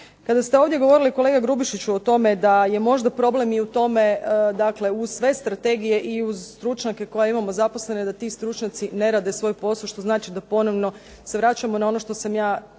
Kada ste ovdje govorili kolega Grubišiću o tome da je možda problem i u tome, dakle uz sve strategije i uz stručnjake koje imamo zaposlene da ti stručnjaci ne rade svoj posao što znači da ponovno se vraćamo na ono što sam ja